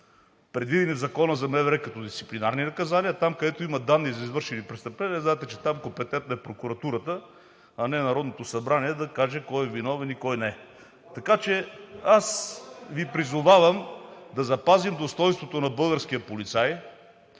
на вътрешните работи като дисциплинарни наказания. Там, където има данни за извършени престъпления, знаете, че там компетентна е прокуратурата, а не Народното събрание, за да каже кой е виновен и кой не е. (Реплики от ДБ.) Аз Ви призовавам да запазим достойнството на българския полицай,